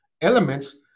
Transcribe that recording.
elements